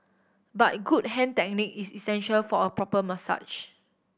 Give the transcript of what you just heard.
but good hand technique is essential for a proper massage